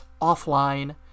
offline